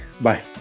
Bye